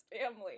family